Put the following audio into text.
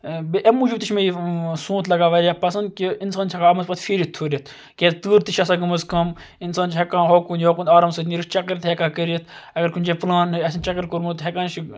امہِ موٗجوٗب تہِ چھُ مےٚ یہِ سونت لَگان واریاہ پَسَنٛد کہ اِنسان چھ ہیٚکان اتھ مَنٛز پھیٖرِتھ تھوٗرِتھ کیاز تۭر تہِ چھِ آسان گٔمٕژ کم اِنسان چھُ ہیٚکان ہوکُن یوکُن آرام سان نیٖرِتھ چَکَر تہِ ہیٚکان کٔرِتھ اگر کُنہِ جایہِ پلان آسن چَکَر کوٚرمُت ہیٚکان چھ